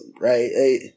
right